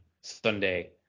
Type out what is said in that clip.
Sunday